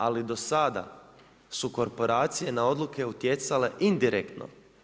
Ali do sada su korporacije na odluke utjecale indirektno.